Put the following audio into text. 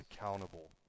accountable